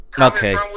Okay